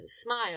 smile